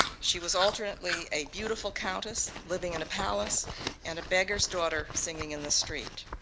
she was alternately a beautiful countess living in a palace and a beggar's daughter singing in the street.